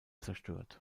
zerstört